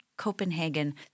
Copenhagen